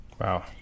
Wow